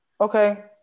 okay